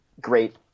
great